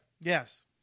Yes